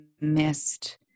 missed